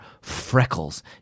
freckles